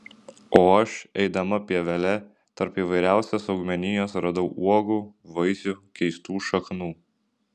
o aš eidama pievele tarp įvairiausios augmenijos radau uogų vaisių keistų šaknų